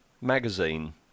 magazine